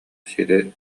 сири